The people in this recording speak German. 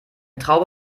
traube